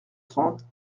trente